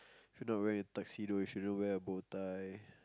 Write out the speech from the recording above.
if you're not wearing a tuxedo you shouldn't wear a bow tie